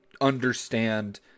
understand